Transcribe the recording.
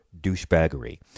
douchebaggery